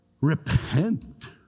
Repent